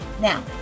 Now